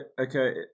okay